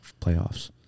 playoffs